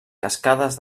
cascades